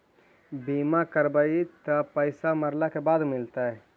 बिमा करैबैय त पैसा मरला के बाद मिलता?